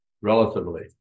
relatively